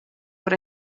what